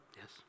Yes